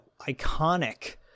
iconic